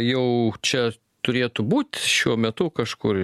jau čia turėtų būt šiuo metu kažkur